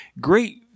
great